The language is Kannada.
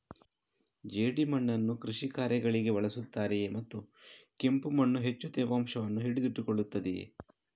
ಜೇಡಿಮಣ್ಣನ್ನು ಕೃಷಿ ಕಾರ್ಯಗಳಿಗೆ ಬಳಸುತ್ತಾರೆಯೇ ಮತ್ತು ಕೆಂಪು ಮಣ್ಣು ಹೆಚ್ಚು ತೇವಾಂಶವನ್ನು ಹಿಡಿದಿಟ್ಟುಕೊಳ್ಳುತ್ತದೆಯೇ?